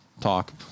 talk